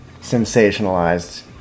sensationalized